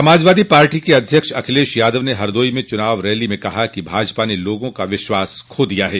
सपा अध्यक्ष अखिलेश यादव ने हरदोई में चूनावी रैली में कहा कि भाजपा ने लोगों का विश्वास खो दिया ह